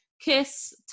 kiss